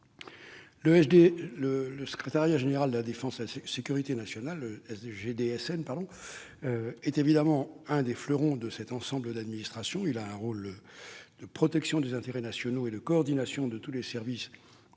Le secrétariat général de la défense et de la sécurité nationale, le SGDSN, est évidemment l'un des fleurons de cet ensemble d'administrations. Il joue un rôle tout à fait essentiel pour la protection des intérêts nationaux et la coordination de tous les services associés